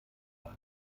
sein